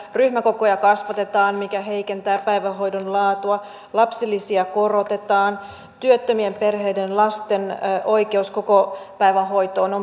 ryhmäkokoja kasvatetaan mikä heikentää päivähoidon laatua lapsilisiä korotetaan työttömien perheiden lasten oikeus kokopäivähoitoon on poistettu